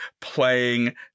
playing